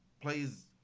plays